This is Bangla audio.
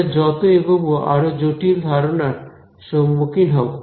আমরা যত এগোবো আরো জটিল ধারনার সম্মুখীন হব